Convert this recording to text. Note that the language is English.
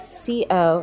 co